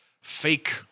fake